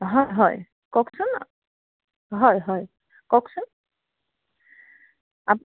হয় হয় কওকচোন হয় হয় কওকচোন আপ্